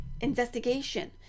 investigation